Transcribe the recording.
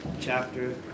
chapter